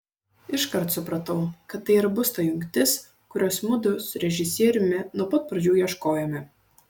iškart supratau kad tai ir bus ta jungtis kurios mudu su režisieriumi nuo pat pradžių ieškojome